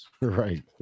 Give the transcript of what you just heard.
Right